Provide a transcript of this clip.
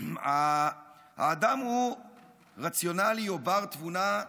האדם הוא רציונלי או בר-תבונה,